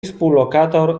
współlokator